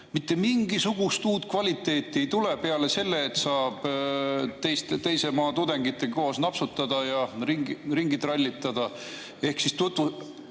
Mitte mingisugust uut kvaliteeti ei tule peale selle, et saab teise maa tudengitega koos napsutada ja ringi trallitada. Ehk tutvustatakse